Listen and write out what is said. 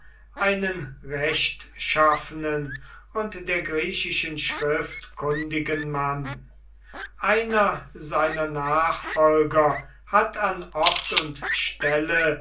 einen rechtschaffenen und der griechischen schrift kundigen mann einer seiner nachfolger hat an ort und stelle